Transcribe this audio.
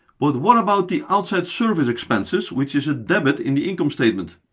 but what about the outside service expenses, which is a debit in the income statement?